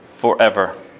forever